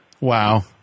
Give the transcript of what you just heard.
Wow